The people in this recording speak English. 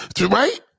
Right